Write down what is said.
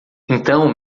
então